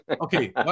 okay